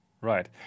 right